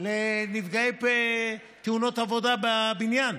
לנפגעי תאונות עבודה בבניין,